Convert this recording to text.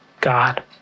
God